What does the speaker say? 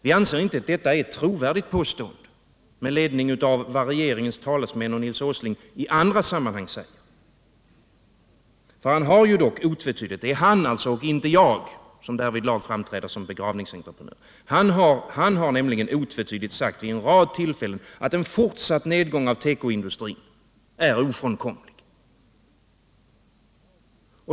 Vi anser inte att detta är ett trovärdigt påstående med ledning av vad regeringens talesmän och Nils Åsling i andra sammanhang säger, för han har dock otvetydigt — det är han alltså och inte jag som därvidlag framträder som begravningsentreprenörer — vid en rad tillfällen sagt att en fortsatt nedgång av tekoindustrin är ofrånkomlig.